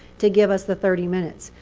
to give us the thirty minutes.